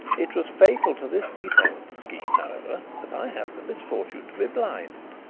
it was fatal to this detail of the scheme, however, that i have the misfortune to be blind.